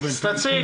אז תציג.